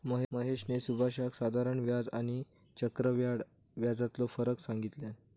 महेशने सुभाषका साधारण व्याज आणि आणि चक्रव्याढ व्याजातलो फरक सांगितल्यान